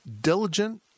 diligent